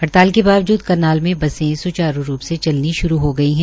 हड़ताल के बावजूद करनाल मे बसें सचारू रूप से चलनी शुरू हो गई है